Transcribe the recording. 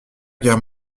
guerre